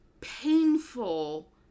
painful